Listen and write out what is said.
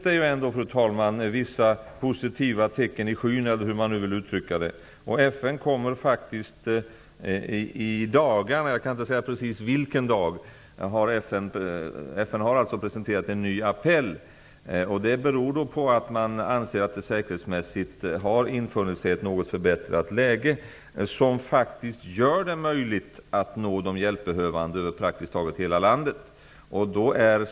Det finns ändå vissa positiva tecken i skyn, eller hur man nu vill uttrycka det. FN kommer i dagarna, jag kan inte säga exakt vilken dag, att presentera en ny apell. Det beror på att man anser att det säkerhetsmässigt har infunnit sig ett något förbättrat läge, vilket gör det möjligt att nå de hjälpbehövande över praktiskt taget hela landet.